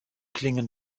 klingen